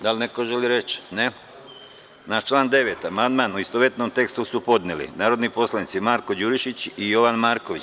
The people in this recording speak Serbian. Da li neko želi reč? (Ne) Na član 9. amandman, u istovetnom tekstu, su podneli narodni poslanici Marko Đurišić i Jovan Marković.